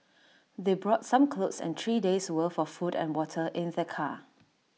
they brought some clothes and three days' worth of food and water in their car